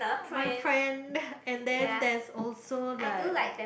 my friend and then there's also like